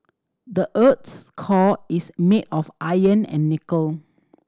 the earth's core is made of iron and nickel